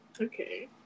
Okay